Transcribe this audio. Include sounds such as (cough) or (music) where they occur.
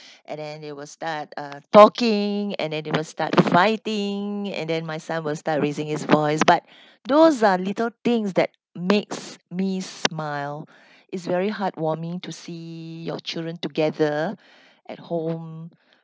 (breath) and then they will start uh talking and then they will start fighting and then my son will start raising his voice but those are little things that makes me smile it's very heartwarming to see your children together at home